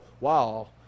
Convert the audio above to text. wow